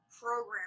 program